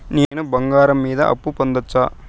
నేను బంగారం మీద అప్పు పొందొచ్చా?